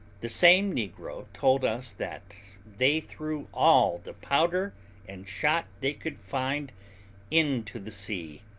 the same negro told us that they threw all the powder and shot they could find into the sea,